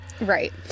Right